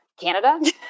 Canada